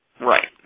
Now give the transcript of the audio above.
Right